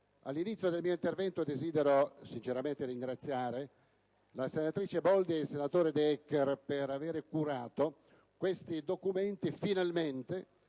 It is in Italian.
In primo luogo, però, desidero sinceramente ringraziare la senatrice Boldi e il senatore De Eccher per avere curato questi documenti finalmente